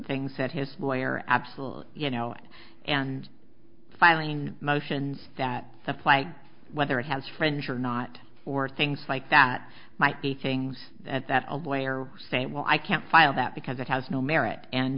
said his lawyer absolutely you know and filing motions that apply whether it has friends or not or things like that might be things that that player say well i can't file that because it has no merit and